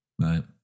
Right